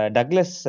Douglas